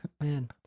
Man